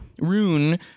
rune